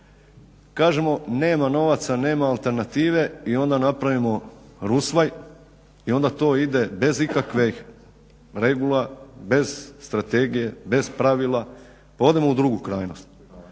kažemo nema novaca, nema alternative i onda napravimo rusvaj i onda to ide bez ikakvih regula, bez strategije, bez pravila pa odemo u drugu krajnost.